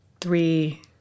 three